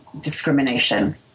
discrimination